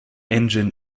engine